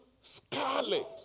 scarlet